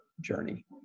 journey